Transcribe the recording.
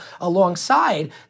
alongside